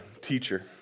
teacher